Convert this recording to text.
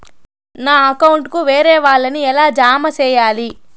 నా అకౌంట్ కు వేరే వాళ్ళ ని ఎలా జామ సేయాలి?